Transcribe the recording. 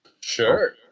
Sure